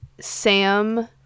sam